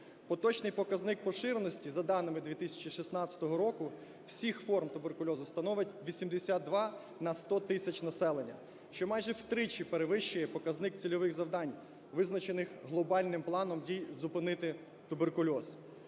Поточний показник поширеності за даними 2016 року всіх форм туберкульозу становить 82 на 100 тисяч населення. Що майже втричі перевищує показник цільових завдань, визначених глобальним планом дій зупинити туберкульоз.